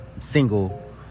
single